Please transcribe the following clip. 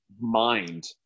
mind